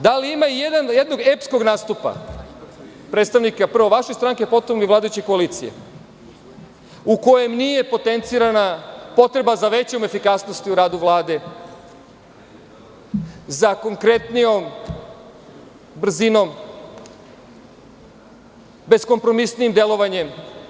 Da li ima i jednog epskog nastupa predstavnika, prvo, vaše stranke, potom vladajuće koalicije, u kojem nije potencirana potreba za većom efikasnosti u radu Vlade, za konkretnijom brzinom, bezkompromisnijim delovanjem?